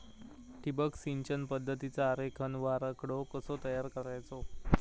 ठिबक सिंचन पद्धतीचा आरेखन व आराखडो कसो तयार करायचो?